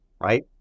right